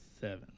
seven